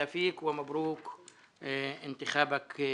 אדוני היושב ראש, חברי הוועדה, שלום לכולם.